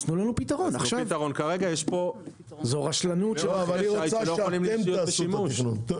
לא, אבל היא רוצה שאתם תעשו את התכנון.